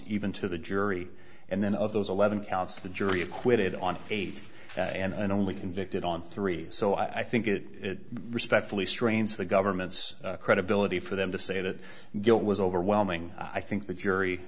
even to the jury and then of those eleven counts the jury acquitted on eight and and only convicted on three so i think it respectfully strains the government's credibility for them to say that guilt was overwhelming i think the jury